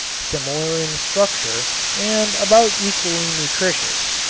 similar in structure and about equally nutritious,